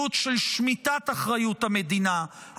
מדיניות של שמיטת אחריות המדינה,